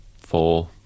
Four